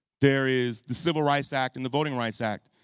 there is the civil rights act and the voting rights act.